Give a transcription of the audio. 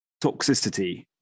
toxicity